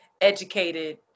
educated